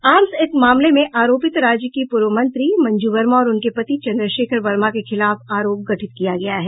arms act मामले में आरोपित राज्य की पूर्व मंत्री मंजू वर्मा और उनके पति चन्द्रशेखर वर्मा के खिलाफ आरोप गठित किया गया है